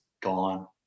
gone